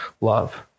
love